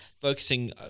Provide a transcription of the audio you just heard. focusing